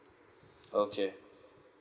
okay